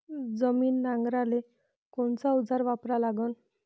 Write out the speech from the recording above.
जमीन नांगराले कोनचं अवजार वापरा लागन?